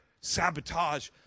sabotage